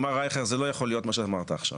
מר רייכר, זה לא יכול להיות מה שאמרת עכשיו.